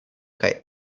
kaj